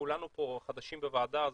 כולנו חדשים בוועדה הזאת,